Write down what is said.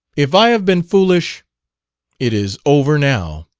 if i have been foolish it is over now,